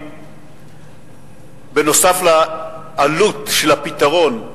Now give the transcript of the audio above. נוסף על העלות של הפתרון,